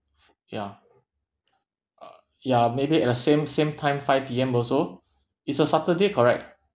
f~ ya uh ya maybe at the same same time five P_M also it's a saturday correct